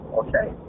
okay